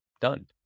done